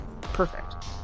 Perfect